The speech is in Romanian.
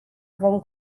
vom